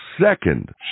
second